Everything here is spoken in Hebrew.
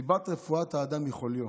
סיבת רפואת האדם מחוליו".